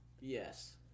Yes